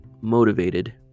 motivated